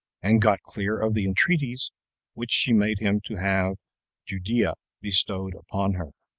and got clear of the entreaties which she made him to have judea bestowed upon her.